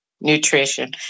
nutrition